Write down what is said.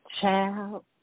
Child